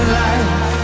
life